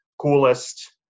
coolest